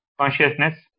Consciousness